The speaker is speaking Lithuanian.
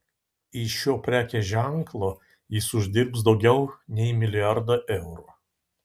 iš šio prekės ženklo jis uždirbs daugiau nei milijardą eurų